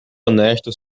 honesto